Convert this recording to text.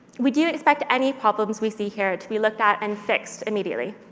we do expect any problems we see here to be looked at and fixed immediately.